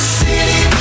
city